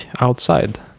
outside